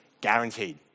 guaranteed